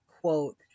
quote